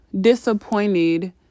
disappointed